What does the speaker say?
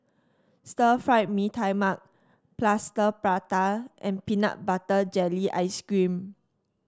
Stir Fried Mee Tai Mak Plaster Prata and Peanut Butter Jelly Ice cream